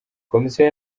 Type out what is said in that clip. komisiyo